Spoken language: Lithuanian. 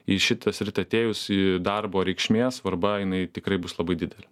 į šitą sritį atėjus į darbo reikšmė svarba jinai tikrai bus labai didelė